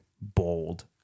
bold